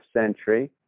century